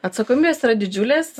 atsakomybės yra didžiulės